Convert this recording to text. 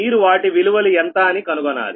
మీరు వాటి విలువలు ఎంత అని కనుగొనాలి